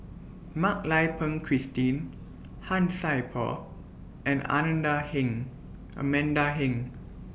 Mak Lai Peng Christine Han Sai Por and Ananda Heng Amanda Heng